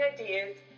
ideas